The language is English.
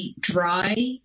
dry